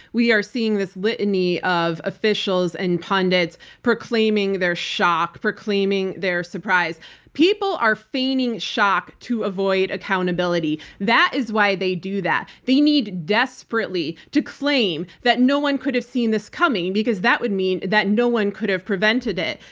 we are seeing this litany of officials and pundits proclaiming their shock, proclaiming their surprise-people are feigning shock to avoid accountability. that is why they do that. they need desperately to claim that no one could have seen this coming because that would mean that no one could have prevented it.